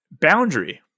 boundary